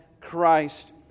Christ